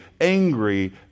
angry